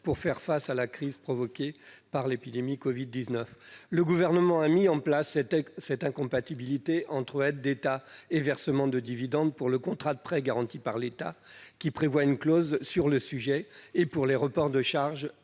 pour faire face à la crise provoquée par l'épidémie de Covid-19. Le Gouvernement a mis en place une incompatibilité entre aide d'État et versement de dividendes pour le contrat de prêt garanti par l'État, qui prévoit une clause sur le sujet. pour les reports de charges